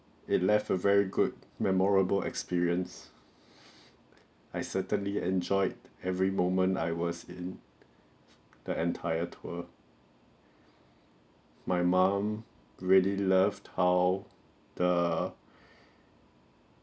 it left a very good memorable experience I certainly enjoyed every moment I was in the entire tour my mom really loved how the